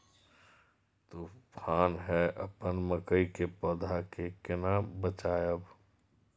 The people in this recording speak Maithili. तुफान है अपन मकई के पौधा के केना बचायब?